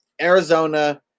Arizona